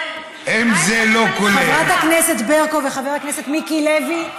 חברת הכנסת ברקו וחבר הכנסת מיקי לוי,